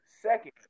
Second